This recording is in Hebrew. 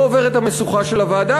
לא עובר את המשוכה של הוועדה,